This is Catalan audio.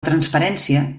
transparència